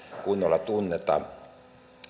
kunnolla tunneta